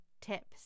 tips